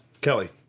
Kelly